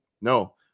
No